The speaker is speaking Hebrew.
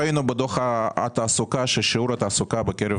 ראינו בדוח התעסוקה ששיעור התעסוקה בקרב